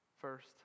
first